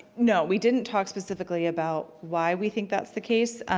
no, we didn't talk specifically about why we think that's the case,